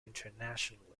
internationally